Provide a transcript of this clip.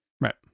Right